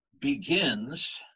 begins